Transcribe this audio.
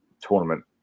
tournament